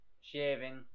shaving